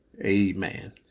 Amen